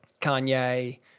Kanye